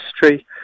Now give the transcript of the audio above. history